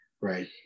right